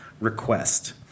request